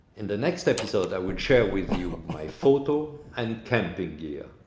in the next episode i will share with you my photo and camping gear.